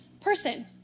person